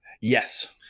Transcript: Yes